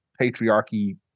patriarchy